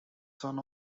son